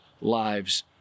lives